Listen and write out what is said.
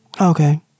Okay